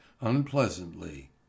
unpleasantly